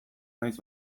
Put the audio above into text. naiz